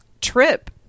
trip